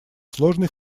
сложный